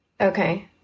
Okay